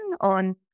on